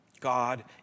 God